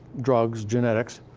drugs, genetics,